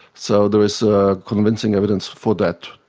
so there is convincing evidence for that.